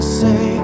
say